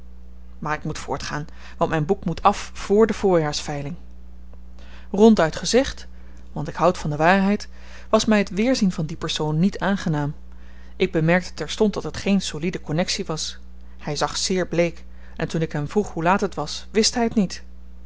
maar ik moet voortgaan want myn boek moet af voor de voorjaarsveiling ronduit gezegd want ik houd van de waarheid was my het weerzien van dien persoon niet aangenaam ik bemerkte terstond dat het geen soliede konnexie was hy zag zeer bleek en toen ik hem vroeg hoe laat het was wist hy t niet